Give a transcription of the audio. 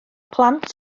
plant